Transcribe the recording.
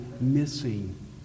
missing